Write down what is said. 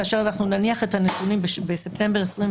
כאשר אנחנו נניח את הנתונים בפני הוועדה בספטמבר 2023